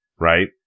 right